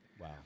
Wow